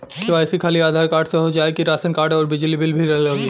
KYC खाली Aadhaar card से हो जाए कि राशन कार्ड अउर बिजली बिल भी लगी?